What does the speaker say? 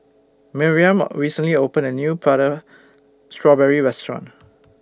Miriam recently opened A New Prata Strawberry Restaurant